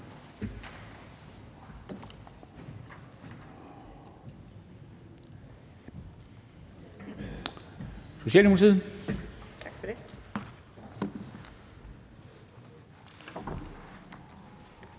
Tak for det.